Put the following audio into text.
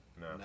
No